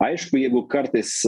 aišku jeigu kartais